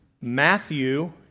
Matthew